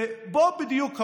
ופה בדיוק הבעיה.